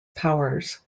powers